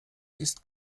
ist